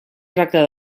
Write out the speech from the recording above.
tracta